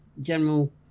general